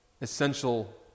essential